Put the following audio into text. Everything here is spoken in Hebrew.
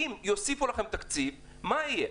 אם יוסיפו לכם תקציב מה יהיה?